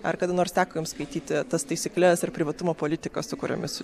ar kada nors teko jum skaityti tas taisykles ar privatumo politiką su kuriomis